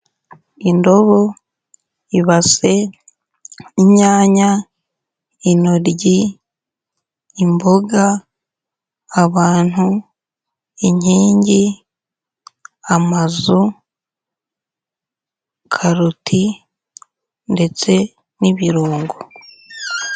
Indobo, ibase, inyanya, intoryi, imboga, abantu, inkingi, amazu, karoti ndetse n'ibirungo.